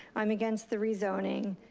i'm against the rezoning,